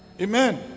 Amen